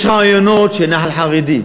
יש רעיונות של נח"ל חרדי,